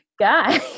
guy